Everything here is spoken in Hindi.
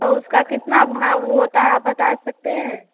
तो उसका कितना भाव ऊव होता है आप बता सकते हैं